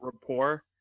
rapport